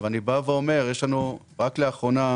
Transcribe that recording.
אני בא ואומר, רק לאחרונה